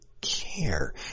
care